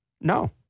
No